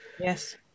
Yes